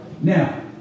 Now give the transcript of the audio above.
Now